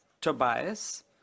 Tobias